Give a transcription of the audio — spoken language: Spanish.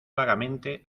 vagamente